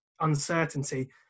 uncertainty